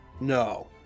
no